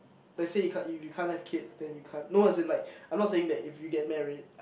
let's say you can't if you can't have kids then you can't no as in like I'm not saying that if you get married